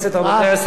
רבותי השרים,